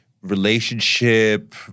relationship